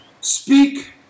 Speak